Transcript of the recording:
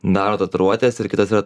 daro tatuiruotes ir kitas yra